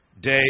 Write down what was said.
day